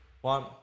one